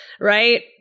right